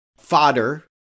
fodder